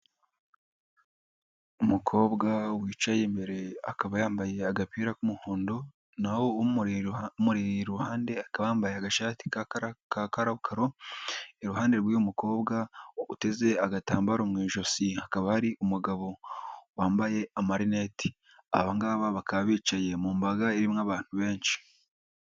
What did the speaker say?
Umukobwa wicaye imbere akaba yambaye agapira k'umuhondo, naho umuri iruhande aka yambaye agashati ka karokaro, iruhande rw'uyu mukobwa uteze agatambaro mu ijosi akaba ari umugabo wambaye amarineti bakaba bicaye mu mbaga irimo abantu benshi.